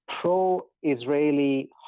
pro-Israeli